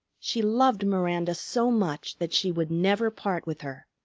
she loved miranda so much that she would never part with her,